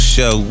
Show